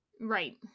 right